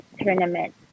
tournament